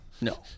No